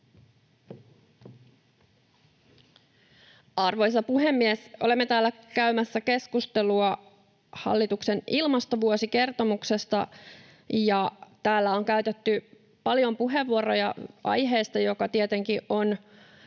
Arvoisa puhemies! Olemme täällä käymässä keskustelua hallituksen ilmastovuosikertomuksesta, ja täällä on käytetty paljon puheenvuoroja aiheesta, joka tietenkin on